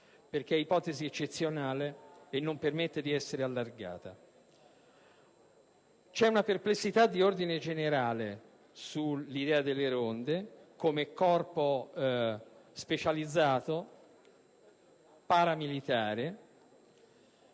perché è ipotesi eccezionale che non permette di essere allargata. Vi è una perplessità di ordine generale sull'idea delle ronde come corpo specializzato paramilitare